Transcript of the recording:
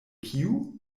kiu